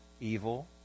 evil